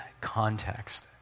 context